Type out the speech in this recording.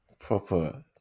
Proper